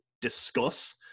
discuss